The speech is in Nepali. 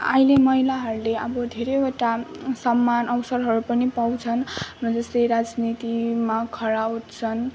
अहिले महिलाहरूले अब धेरैवटा सम्मान अवसरहरू पनि पाउँछन् जस्तै राजनीतिमा खडा उठ्छन्